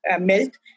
milk